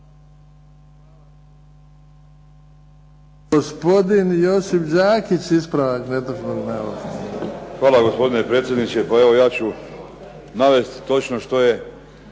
Hvala gospodine predsjedniče. Pa evo ja ću navesti točno što